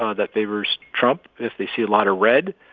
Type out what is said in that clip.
ah that favors trump. if they see a lot of red,